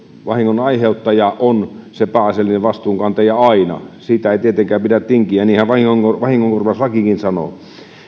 vahingonaiheuttaja on se pääasiallinen vastuunkantaja aina siitä ei tietenkään pidä tinkiä ja niinhän vahingonkorvauslakikin sanoo